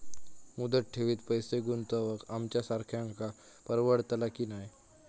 मुदत ठेवीत पैसे गुंतवक आमच्यासारख्यांका परवडतला की नाय?